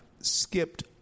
skipped